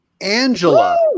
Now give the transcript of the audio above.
Angela